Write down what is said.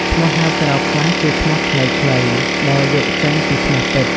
ឈ្មោះហៅក្រៅខ្លះជាឈ្មោះខ្លីៗ ដែលយកចេញពីឈ្មោះពិត។